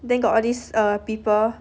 then got all these uh people